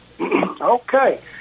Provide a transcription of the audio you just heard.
Okay